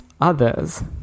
others